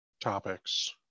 topics